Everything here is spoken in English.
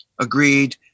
agreed